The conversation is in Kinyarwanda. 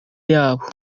yabo